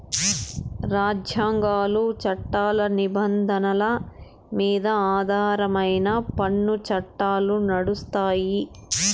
రాజ్యాంగాలు, చట్టాల నిబంధనల మీద ఆధారమై పన్ను చట్టాలు నడుస్తాయి